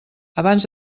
abans